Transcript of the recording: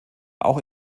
auch